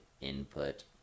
input